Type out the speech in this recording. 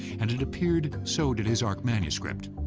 and it appeared, so did his ark manuscript.